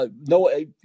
no